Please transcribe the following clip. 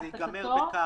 שזה ייגמר ב"כאמור".